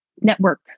network